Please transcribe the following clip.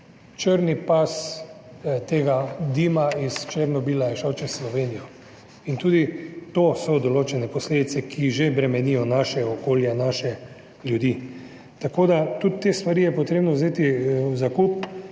črni pas tega dima iz Černobila šel čez Slovenijo in tudi to so določene posledice, ki že bremenijo naše okolje, naše ljudi, tako da tudi te stvari je treba vzeti v zakup